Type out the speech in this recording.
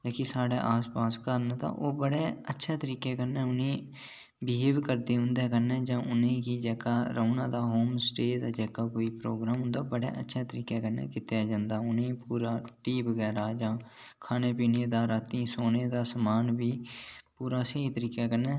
लेकिन साढ़े आस पास घर न बडे़ अच्छे तरिके कन्नै उ'नेंगी बेहियै बी करदे उं'दे कन्नै जां उ'नेंगी जां घर रौंह्ने दा हुंदा होम स्टे दा जेह्का कोई प्रोग्राम उं'दा बड़ा अच्छे तरिके कन्नै कीता जंदा उ'नेंगी पूरा रुट्टी बगैरा जां खाने पीने दा रातीं सौनें दा समान बी पूरा स्हेई तरिके कन्नै